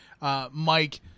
Mike